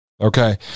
okay